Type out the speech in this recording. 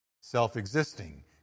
self-existing